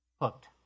Hooked